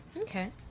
Okay